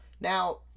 Now